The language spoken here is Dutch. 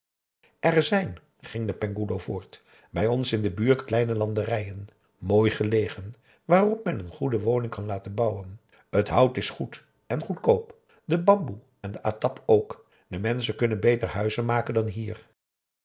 er zijn ging de penghoeloe voort bij ons in de buurt kleine landerijen mooi gelegen waarop men een goede woning kan laten bouwen het hout is goed en goedkoop de bamboe en de atap ook de menschen kunnen beter huizen maken dan hier